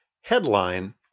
Headline